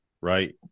right